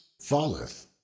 falleth